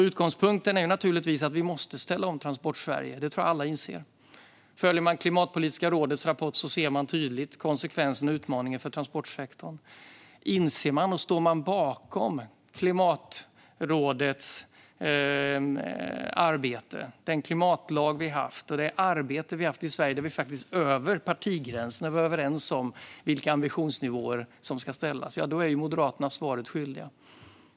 Utgångspunkten är naturligtvis att vi måste ställa om Transportsverige. Det tror jag att alla inser. Följer man Klimatpolitiska rådets rapport ser man tydligt konsekvenserna av och utmaningen för transportsektorn. Inser man detta och står bakom Klimatpolitiska rådets arbete, den klimatlag vi har haft och det arbete vi har haft i Sverige - där vi faktiskt var överens över partigränserna om vilka ambitionsnivåer som skulle gälla - är Moderaterna svaret skyldiga.